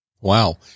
Wow